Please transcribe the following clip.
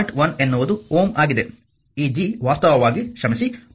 1 ಎನ್ನುವುದು Ω ಆಗಿದೆ ಈ G ವಾಸ್ತವವಾಗಿ ಕ್ಷಮಿಸಿ 0